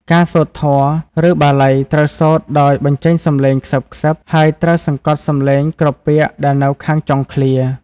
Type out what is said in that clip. ការសូត្រធម៌ ឬបាលីត្រូវសូត្រដោយបញ្ចេញសំឡេងខ្សឹបៗ ហើយត្រូវសង្កត់សំឡេងគ្រប់ពាក្យដែលនៅខាងចុងឃ្លា។